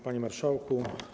Panie Marszałku!